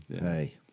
Hey